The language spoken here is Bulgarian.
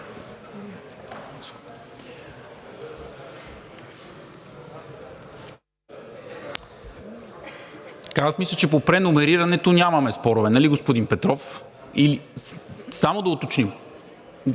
Аз мисля, че по преномерирането нямаме спорове. Нали, господин Петров? Само да уточним.